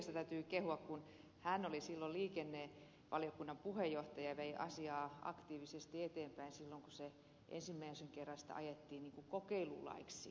pulliaista täytyy kehua kun hän oli silloin liikennevaliokunnan puheenjohtaja ja vei asiaa aktiivisesti eteenpäin silloin kun sitä ensimmäisen kerran ajettiin kokeilulaiksi